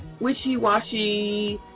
wishy-washy